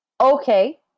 okay